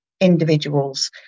individuals